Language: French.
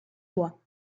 toits